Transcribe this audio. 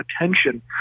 attention